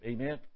Amen